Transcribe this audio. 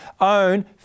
own